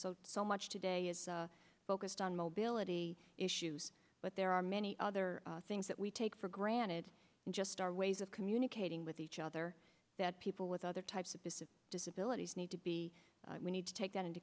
so so much today is focused on mobility issues but there are many other things that we take for granted just our ways of communicating with each other that people with other types of disabilities need to be we need to take that into